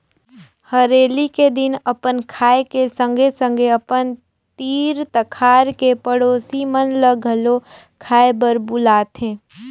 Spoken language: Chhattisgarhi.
हरेली के दिन अपन खाए के संघे संघे अपन तीर तखार के पड़ोसी मन ल घलो खाए बर बुलाथें